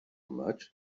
much